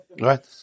Right